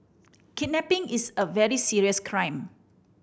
kidnapping is a very serious crime